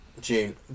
June